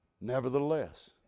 Nevertheless